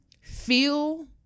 feel